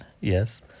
Yes